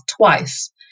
twice